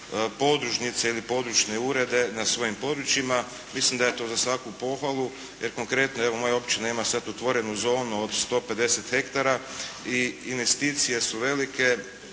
podružnice ili područne urede na svojim područjima. Mislim da je to za svaku pohvalu, jer konkretno evo moja općina ima sada otvorenu zonu od 150 hektara i investicije su velike